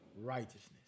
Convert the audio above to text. righteousness